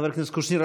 חבר הכנסת קושניר,